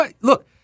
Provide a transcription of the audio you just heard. look